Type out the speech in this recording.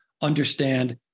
understand